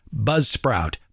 Buzzsprout